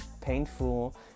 painful